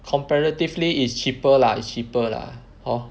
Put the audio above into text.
comparatively is cheaper lah is cheaper lah hor